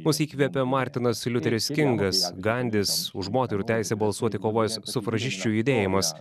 mus įkvėpė martinas liuteris kingas gandis už moterų teisę balsuoti kovojęs sufražisčių judėjimas